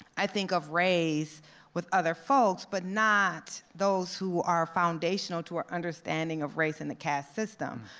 i think of race with other folks, but not those who are foundational to our understanding of race in the caste system.